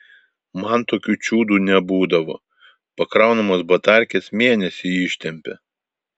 man tokių čiudų nebūdavo pakraunamos baterkės mėnesį ištempia